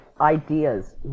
ideas